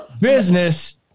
business